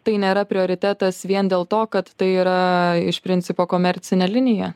tai nėra prioritetas vien dėl to kad tai yra iš principo komercinė linija